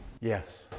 yes